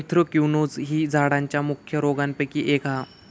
anthracnose ही झाडांच्या मुख्य रोगांपैकी एक हा